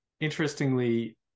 interestingly